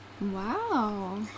Wow